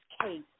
case